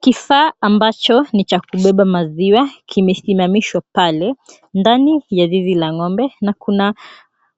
Kifaa ambacho ni cha kubeba maziwa kimesimamishwa pale, ndani ya zizi la ng'ombe na kuna